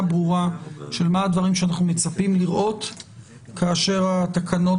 ברורה של מה הדברים שאנחנו מצפים לראות כאשר התקנות